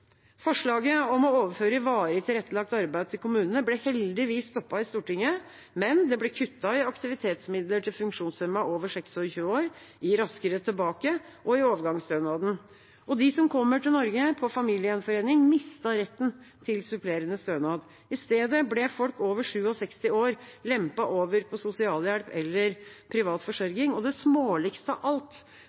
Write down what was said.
Forslaget om å overføre varig tilrettelagt arbeid til kommunene ble heldigvis stoppet i Stortinget, men det ble kuttet i aktivitetsmidler til funksjonshemmede over 26 år, i «Raskere tilbake» og i overgangsstønaden. De som kommer til Norge på familiegjenforening, mistet retten til supplerende stønad. I stedet ble folk over 67 år lempet over på sosialhjelp eller privat forsørging. Det småligste av alt